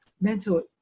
mental